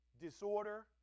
disorder